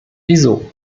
wieso